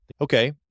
Okay